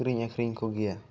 ᱠᱤᱨᱤᱧ ᱟᱹᱠᱷᱨᱤᱧ ᱠᱚ ᱜᱮᱭᱟ